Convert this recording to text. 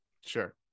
Sure